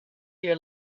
your